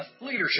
Leadership